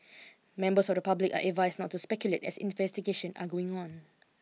members of the public are advised not to speculate as investigation are going on